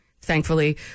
Thankfully